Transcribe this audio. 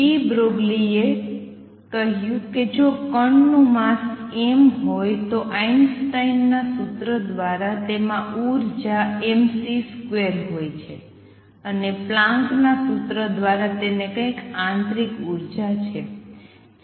D બ્રોગલીએ કહ્યું કે જો કણ નું માસ m હોય તો આઈન્સ્ટાઇનના સૂત્ર દ્વારા તેમાં ઉર્જા mc2 હોય છે અને પ્લાન્કના સૂત્ર દ્વારા તેને કોઈ આંતરિક ઉર્જા હોય છે